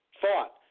thought